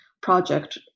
project